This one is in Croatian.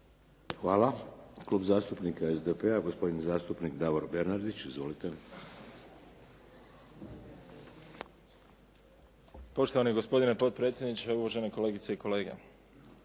Hvala. Klub zastupnika SDP-a, gospodin zastupnik Davor Bernardić. Izvolite. **Bernardić, Davor (SDP)** Poštovani gospodine potpredsjedniče, uvažene kolegice i kolege.